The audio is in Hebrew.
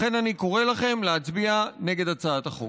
לכן אני קורא לכם להצביע נגד הצעת החוק.